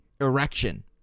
erection